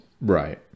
Right